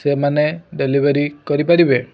ସେମାନେ ଡେଲିଭରି କରିପାରିବେ